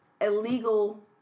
illegal